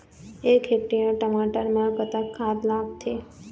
एक हेक्टेयर टमाटर म कतक खाद लागथे?